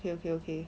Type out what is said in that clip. okay okay okay